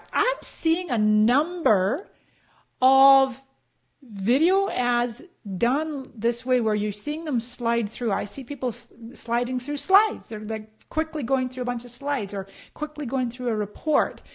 i'm seeing a number of video ads done this way where you're seeing them slide through. i see people sliding through slides, they're like quickly going through a bunch of slides, or quickly going through a report.